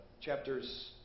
chapters